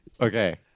Okay